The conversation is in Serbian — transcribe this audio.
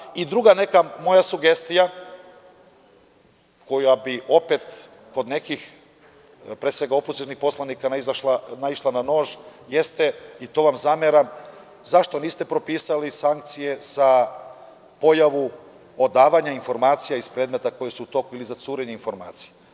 Možda ta i druga neka moja sugestija koja bi opet kod nekih, pre svega opozicionih poslanika naišla na nož jeste i to vam zameram zašto niste propisali sankcije za pojavu odavanja informacija iz predmeta koja su u toku ili za curenje informacija.